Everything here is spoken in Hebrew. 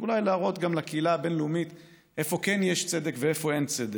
אולי להראות גם לקהילה הבין-לאומית איפה כן יש צדק ואיפה אין צדק.